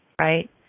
right